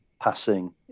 passing